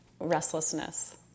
restlessness